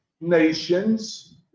nations